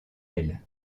ailes